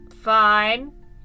Fine